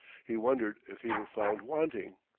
he wondered if he were found wanting.